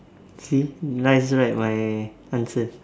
see nice right my answers